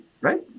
right